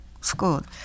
school